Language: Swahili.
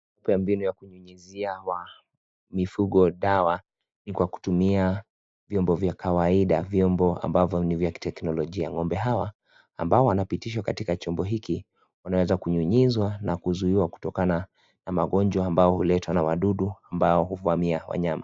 Pia mbinu ya kunyunyuzia mifugo dawa ni kwa kutumia vyombo vya kawaida, vyombo ambavyo ni vya kiteknolojia, ng'ombe hawa ambao wanapitishwa katika chombo hiki wanaeza kunyunyizwa na kuzuiwa kutokana na magonjwa ambayo huletwa na wadudu ambao huvamia wanyama.